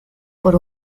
por